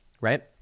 right